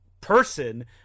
person